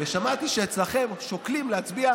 ושמעתי שאצלכם שוקלים להצביע,